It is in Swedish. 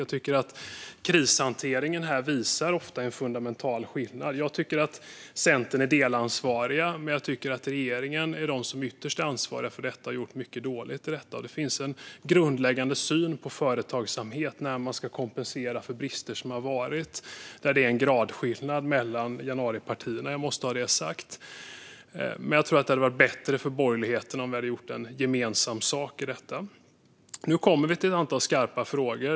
Jag tycker att krishanteringen ofta visar en fundamental skillnad. Jag tycker att Centern är delansvariga, men jag tycker att regeringen är de som ytterst är ansvariga för detta. Det är mycket som regeringen har gjort dåligt. När man ska kompensera för brister visar sig en gradskillnad mellan januaripartierna i den grundläggande synen på företagsamhet. Jag måste ha det sagt. Jag tror att det hade varit bättre för borgerligheten om vi hade gjort gemensam sak i detta. Nu kommer vi till ett antal skarpa frågor.